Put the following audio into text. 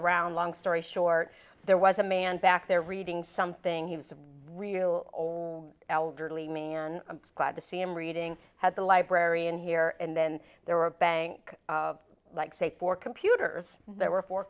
around long story short there was a man back there reading something he was a real old elderly me and i'm glad to see him reading had the librarian here and then there were a bank like say four computers there were fo